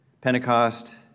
Pentecost